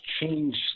change